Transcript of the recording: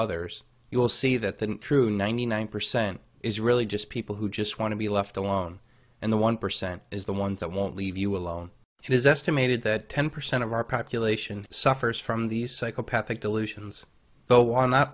others you'll see that the true ninety nine percent is really just people who just want to be left alone and the one percent is the ones that won't leave you alone it is estimated that ten percent of our population suffers from these psychopathic delusions but while not